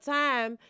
time